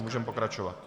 Můžeme pokračovat.